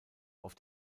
auf